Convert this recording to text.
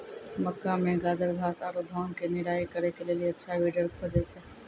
मक्का मे गाजरघास आरु भांग के निराई करे के लेली अच्छा वीडर खोजे छैय?